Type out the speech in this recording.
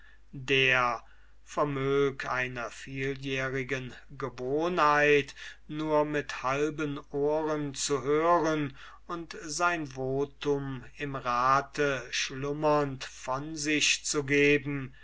der vermög einer vieljährigen gewohnheit nur mit halben ohren zu hören und sein votum im rat schlummernd von sich zu geben